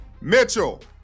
Mitchell